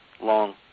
long